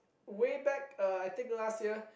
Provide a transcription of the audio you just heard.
way back uh I think last year